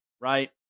Right